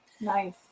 Nice